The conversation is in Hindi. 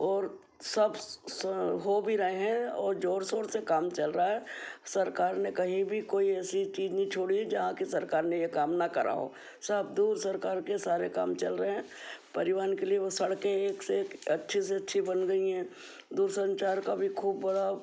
और सब स हो भी रहे हैं और जोर शोर से काम चल रहा है सरकार ने कहीं भी कोई ऐसी चीज़ नहीं छोड़ी जहाँ की सरकार ने ये काम न करा हो सब दूर सरकार के सारे काम चल रहे हैं परिवहन के लिए वो सड़के हैं वो एक से एक अच्छी से अच्छी बन गई है दूर संचार का भी खूब बड़ा